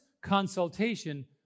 consultation